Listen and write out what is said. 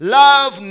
love